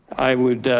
i would